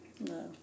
No